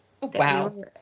wow